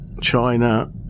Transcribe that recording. China